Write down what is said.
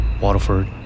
Waterford